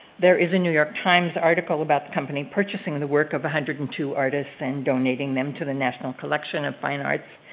there is a new york times article about the company purchasing the work of one hundred and two artists, and donating them to the national collection of fine arts,